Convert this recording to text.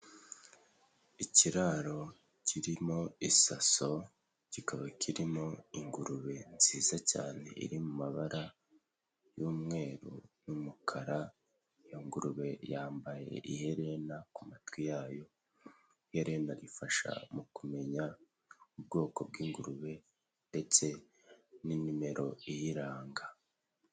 Ikiraro kirimo isaso kikaba kirimo ingurube nziza cyane iri mu mabara y'umweru n'umukara, iyo ngurube yambaye iherena ku matwi yayo, iherena rifasha mu kumenya ubwoko bw'ingurube ndetse n'imimero iyiranga.